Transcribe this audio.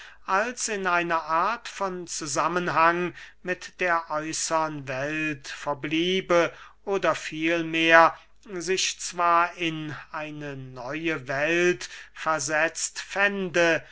als in einer art von zusammenhang mit der äußern welt verblieben oder vielmehr sich zwar in eine neue welt versetzt fände